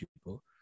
people